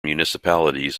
municipalities